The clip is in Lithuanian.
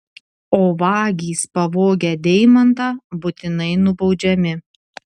o vagys pavogę deimantą būtinai nubaudžiami